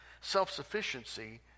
Self-sufficiency